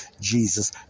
Jesus